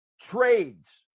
trades